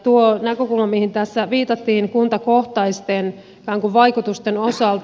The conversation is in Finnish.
tuo näkökulma mihin tässä viitattiin kuntakohtaisten vaikutusten osalta